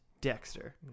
Dexter